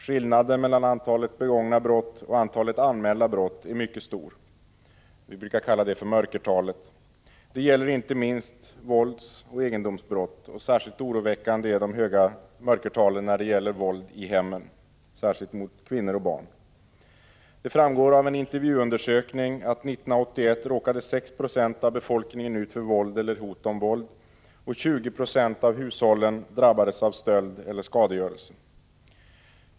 Skillnaden mellan antalet begångna brott och antalet anmälda brott är mycket stor — vi brukar kalla det för mörkertalet. Det gäller inte minst våldsoch egendomsbrott, och särskilt oroväckande är de höga mörkertalen när det gäller våld i hemmen, särskilt mot kvinnor och barn. Det framgår av en intervjuundersökning att 1981 råkade 6 90 av befolkningen ut för våld eller hot om våld och 20 96 av hushållen drabbades av stöld eller skadegörelse.